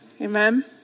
Amen